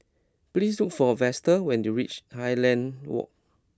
please look for Vester when you reach Highland Walk